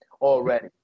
already